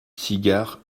cigares